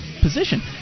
position